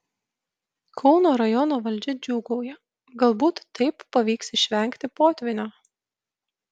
kauno rajono valdžia džiūgauja galbūt taip pavyks išvengti potvynio